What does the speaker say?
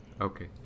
Okay